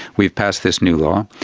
we've passed this new law.